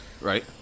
Right